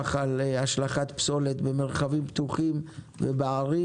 על השלכת פסולת במרחבים פתוחים ובערים